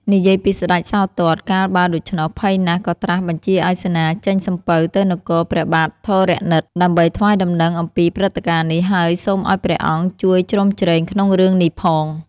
និយាយពីស្តេចសោទត្ត កាលបើដូច្នោះភ័យណាស់ក៏ត្រាស់បញ្ជាឲ្យសេនាចេញសំពៅទៅនគរព្រះបាទធរណិត ដើម្បីថ្វាយដំណឹងអំពីព្រឹត្តិការណ៍នេះ ហើយសូមឲ្យព្រះអង្គជួយជ្រោមជ្រែងក្នុងរឿងនេះផង។